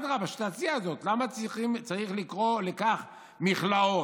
אדרבה, שתציע זאת, למה צריך לקרוא לכך מכלאות?